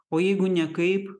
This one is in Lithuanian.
o jeigu nekaip